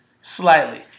Slightly